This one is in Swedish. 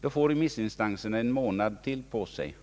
Då får remissinstanserna ytterligare en månad på sig.